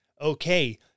Okay